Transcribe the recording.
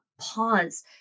Pause